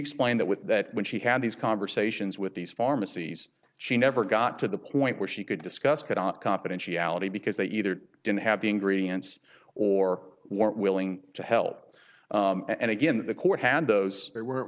with that when she had these conversations with these pharmacies she never got to the point where she could discuss could not confidentiality because they either didn't have the ingredients or weren't willing to help and again the court had those they were